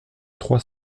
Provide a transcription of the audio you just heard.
trois